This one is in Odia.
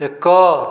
ଏକ